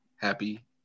Happy